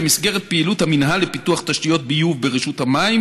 במסגרת פעילות המינהל לפיתוח תשתיות ביוב ברשות המים